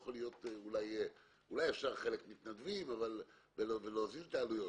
אולי אפשר שחלק יהיו מתנדבים ולהוזיל את העלויות